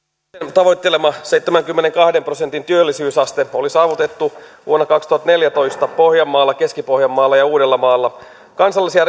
tavoittelema seitsemänkymmenenkahden prosentin työllisyysaste oli saavutettu vuonna kaksituhattaneljätoista pohjanmaalla keski pohjanmaalla ja uudellamaalla kansallisia